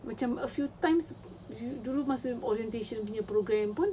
macam a few times dulu masa orientation punya program pun